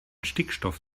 stickstoff